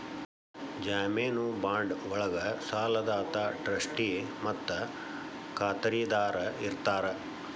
ಜಾಮೇನು ಬಾಂಡ್ ಒಳ್ಗ ಸಾಲದಾತ ಟ್ರಸ್ಟಿ ಮತ್ತ ಖಾತರಿದಾರ ಇರ್ತಾರ